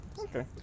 okay